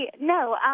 no